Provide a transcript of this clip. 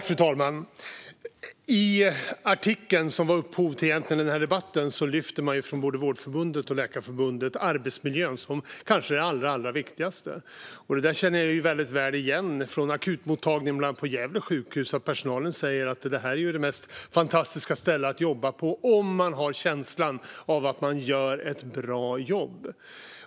Fru talman! I artikeln som gav upphov till den här debatten lyfter man från både Vårdförbundet och Läkarförbundet fram arbetsmiljön som det kanske allra viktigaste. Det där känner jag väldigt väl igen, bland annat från akutmottagningen på Gävle sjukhus. Personalen säger att det är det mest fantastiska ställe man kan jobba på om man har känslan att man gör ett bra jobb.